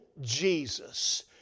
Jesus